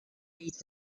eat